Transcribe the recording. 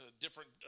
different